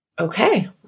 Okay